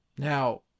Now